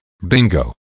bingo